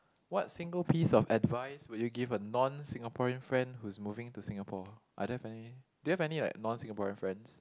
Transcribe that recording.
what single piece of advice will you give a non Singaporean friend who's moving to Singapore I don't have any do you have any like non Singaporean friends